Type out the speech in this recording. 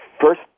first